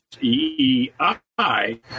E-I